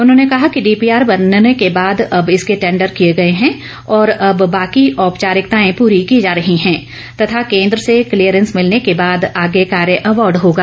उन्होंने कहा कि डीपीआर बनने के बाद अब इसके टेंडर किए गए हैं और अब बाकी औपचारिकताएं पूरी की जा रही हैं तथा केंद्र से क्लीयरेंस मिलने के बाद आगे कार्य अवार्ड होगा